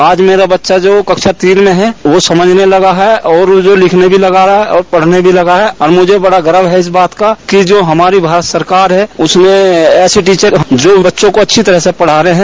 आज मेरा बच्चा जो कक्षा तीन में है वो समझने लगा है और वह जो लिखने भी लगा है और पढ़ने भी लगा है और मुझे बड़ा गर्व है इस बात का कि जो हमारी भारत सरकार है उसने ऐसा टीचर रख दिया है जो बच्चों को अच्छी तरह से पढ़ा रहे हैं